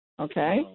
okay